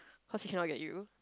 cause he cannot get you